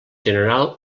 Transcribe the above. general